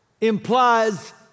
implies